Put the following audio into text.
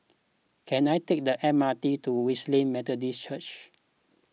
can I take the M R T to Wesley Methodist Church